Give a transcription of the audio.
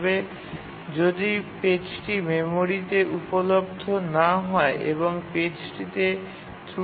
তবে যদি পেজটি মেমোরিতে উপলব্ধ না হয় এবং পেজটিতে ত্রুটি দেখা দেয়